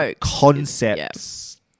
concepts